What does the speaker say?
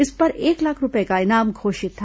इस पर एक लाख रूपए का इनाम घोषित था